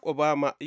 Obama